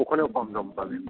ওখানেও কম দাম পাবেন